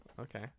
Okay